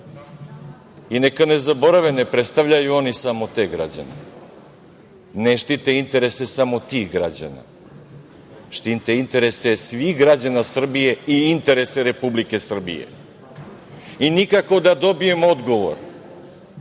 I, neka ne zaborave, ne predstavljaju oni samo te građane, ne štite interese samo tih građana, štite interese svih građana Srbije i interese Republike Srbije.I nikako da dobijem odgovor